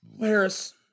Laris